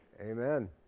Amen